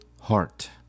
heart